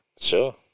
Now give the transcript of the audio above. Sure